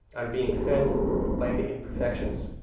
are being fed by the imperfections